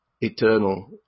eternal